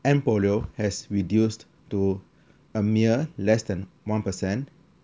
and polio has reduced to a mere less than one percent